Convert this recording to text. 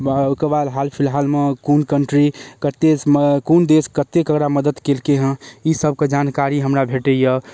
ओइकेबाद हाल फिलहालमे कोन कन्ट्री कतेमे कोन देश कत्ते ककरा मदति कयलकै हँ ईसब के जानकारी हमरा भेटै यऽ